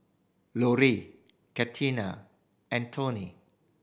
Loree Catina and Toni